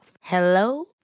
Hello